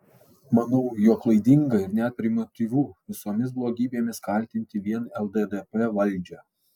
manau jog klaidinga ir net primityvu visomis blogybėmis kaltinti vien lddp valdžią